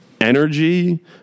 energy